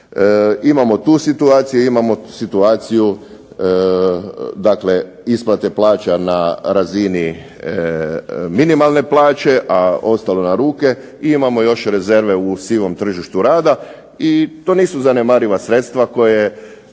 Imamo tu situaciju. Imamo situaciju dakle isplate plaća na razini minimalne plaće, a ostalo na ruke. I imamo još rezerve u sivom tržištu rada i to nisu zanemariva sredstva koje